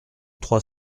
trois